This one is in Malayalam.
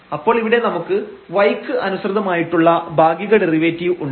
അപ്പോൾ ഇവിടെ നമുക്ക് y ക്ക് അനുസൃതമായിട്ടുള്ള ഭാഗിക ഡെറിവേറ്റീവ് ഉണ്ട്